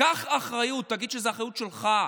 קח אחריות, תגיד שזו אחריות שלך.